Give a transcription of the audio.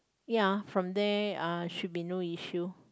ya from there uh should be no issue